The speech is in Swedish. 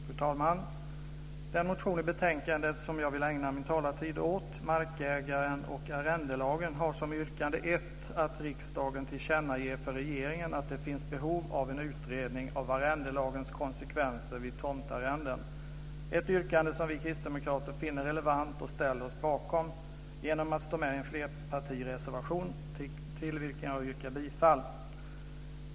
Fru talman! Den motion i betänkandet som jag vill ägna min talartid åt, Markägaren och arrendelagen, har som första yrkande att riksdagen tillkännager för regeringen att det finns behov av en utredning av arrendelagens konsekvenser vid tomtarrenden. Det är ett yrkande som vi kristdemokrater finner relevant och ställer oss bakom genom att stå med på en flerpartireservation till vilken jag yrkar bifall.